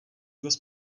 dost